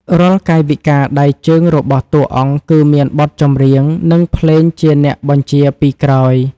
រាល់កាយវិការដៃជើងរបស់តួអង្គ គឺមានបទចម្រៀង និងភ្លេងជាអ្នកបញ្ជាពីក្រោយ។